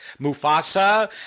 Mufasa